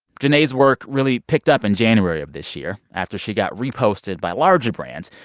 janea's work really picked up in january of this year after she got reposted by larger brands,